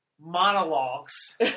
monologues